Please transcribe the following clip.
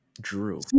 Drew